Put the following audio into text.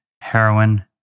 heroin